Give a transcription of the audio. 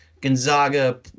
Gonzaga